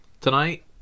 tonight